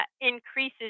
increases